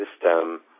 system